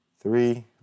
three